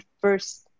first